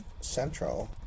Central